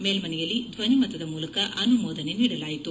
ಮೇಲ್ಮನೆಯಲ್ಲಿ ಧ್ವನಿಮತದ ಮೂಲಕ ಅನುಮೋದನೆ ನೀಡಲಾಯಿತು